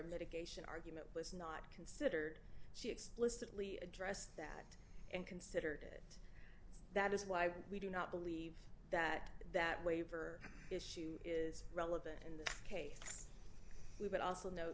mitigation argument was not considered she explicitly addressed that and considered it that is why we do not believe that that waiver issue is relevant in this case we would also no